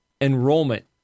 enrollment